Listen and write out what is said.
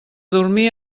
dormir